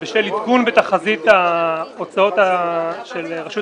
בשל עדכון בתחזית ההוצאות של רשות